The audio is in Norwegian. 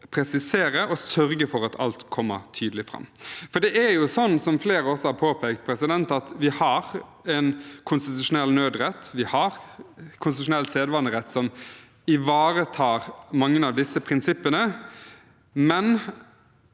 presisere og sørge for at alt kommer tydelig fram. Som flere har påpekt, har vi en konstitusjonell nødrett. Vi har en konstitusjonell sedvanerett som ivaretar mange av disse prinsippene, men